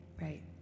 Right